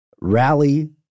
rally